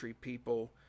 people